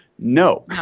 No